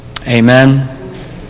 Amen